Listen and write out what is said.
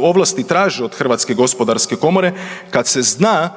ovlasti traže od HGK kad se zna